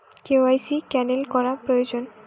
KYC cancel করা প্রয়োজন?